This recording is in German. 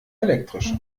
elektrisch